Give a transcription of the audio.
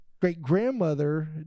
great-grandmother